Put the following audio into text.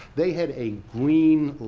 they had a green,